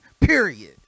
Period